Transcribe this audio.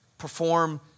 perform